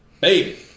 baby